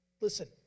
listen